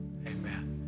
amen